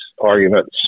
arguments